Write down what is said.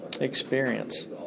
Experience